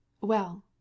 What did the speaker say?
Well